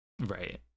right